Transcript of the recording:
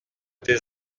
des